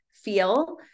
Feel